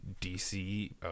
DC